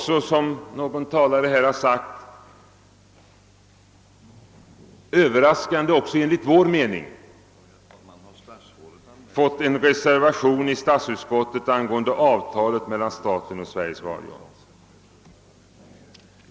Som någon talare här anfört har vi också — överraskande även enligt vår mening — i år fått en reservation i statsutskottet angående avtalet mellan staten och Sveriges Radio.